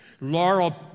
Laurel